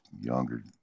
younger